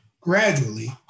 gradually